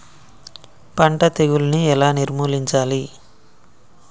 పంట తెగులుని ఎలా నిర్మూలించాలి?